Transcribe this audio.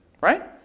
Right